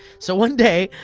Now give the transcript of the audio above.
so one day,